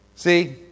See